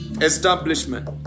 Establishment